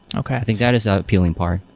i think that is the appealing part.